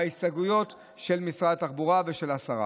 בהסתייגויות של משרד התחבורה ושל השרה.